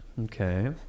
Okay